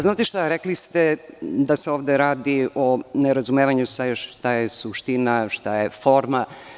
Znate, rekli ste da se ovde radi o nerazumevanju šta je suština, šta je forma.